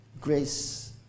grace